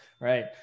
right